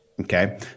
Okay